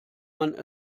man